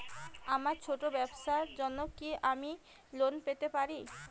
আমার ছোট্ট ব্যাবসার জন্য কি আমি লোন পেতে পারি?